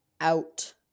Out